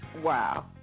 wow